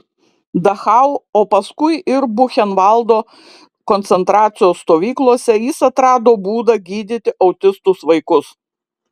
dachau o paskui ir buchenvaldo koncentracijos stovyklose jis atrado būdą gydyti autistus vaikus